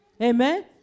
Amen